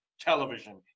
television